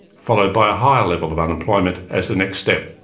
followed by a higher level of unemployment as the next step.